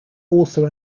also